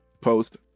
post